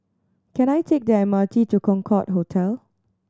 can I take the M R T to Concorde Hotel